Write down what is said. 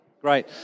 Great